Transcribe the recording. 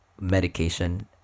medication